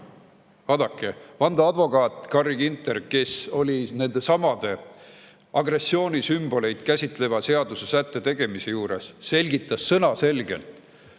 vandeadvokaat Carri Ginter, kes oli neidsamu agressioonisümboleid käsitleva seadusesätte tegemise juures, selgitas sõnaselgelt,